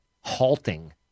halting